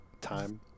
time